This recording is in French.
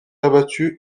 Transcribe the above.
abattu